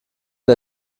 der